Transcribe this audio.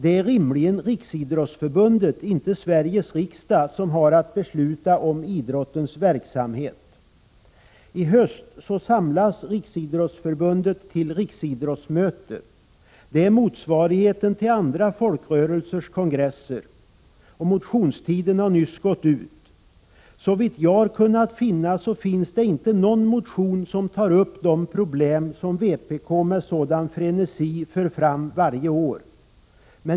Det är rimligen Riksidrottsförbundet, inte Sveriges riksdag, som har att besluta om idrottens verksamhet. I höst samlas Riksidrottsförbundet till riksidrottsmöte. Det är motsvarigheten till andra folkrörelsers kongresser. Motionstiden har nyss gått ut. Såvitt jag kunnat finna, finns ingen motion som tar upp de problem som vpk med sådan frenesi för fram varje år.